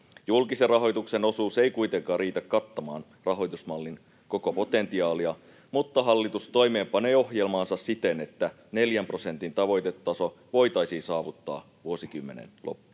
Julkisen rahoituksen osuus ei kuitenkaan riitä kattamaan rahoitusmallin koko potentiaalia, mutta hallitus toimeenpanee ohjelmaansa siten, että neljän prosentin tavoitetaso voitaisiin saavuttaa vuosikymmenen loppuun